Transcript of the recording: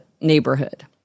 neighborhood